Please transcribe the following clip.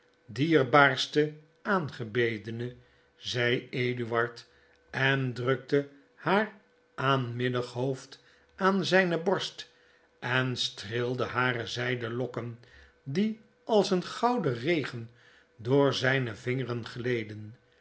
dierbaarste aangebedene zei eduard en drukte haar aanminnig hoofd aan zyne borst en streelde hare zijden lokken die als een gouden regen door zyne vingeren gleden